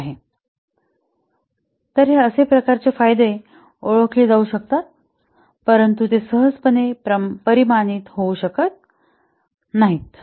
तर हे असे प्रकारचे फायदे ओळखले जाऊ शकतात परंतु ते सहजपणे परिमाणित होऊ शकत नाहीत